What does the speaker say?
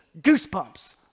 goosebumps